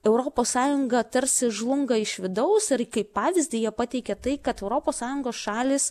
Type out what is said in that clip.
europos sąjunga tarsi žlunga iš vidaus ir kaip pavyzdį jie pateikė tai kad europos sąjungos šalys